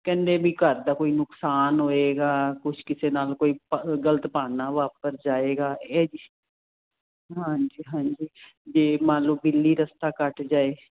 ਕਹਿੰਦੇ ਵੀ ਘਰ ਦਾ ਕੋਈ ਨੁਕਸਾਨ ਹੋਏਗਾ ਕੁਝ ਕਿਸੇ ਨਾਲ ਕੋਈ ਗਲਤ ਘਟਨਾ ਵਾਪਰ ਜਾਏਗਾ ਇਹ ਹਾਂਜੀ ਹਾਂਜੀ ਵੀ ਮੰਨ ਲੋ ਬਿੱਲੀ ਰਸਤਾ ਕੱਟ ਜਾਏ